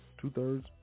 two-thirds